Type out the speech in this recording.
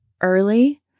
early